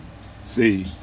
See